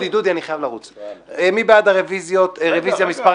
מי בעד רוויזיה מס',